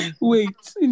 Wait